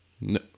No